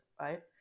right